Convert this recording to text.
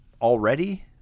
already